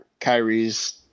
Kyrie's